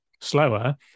slower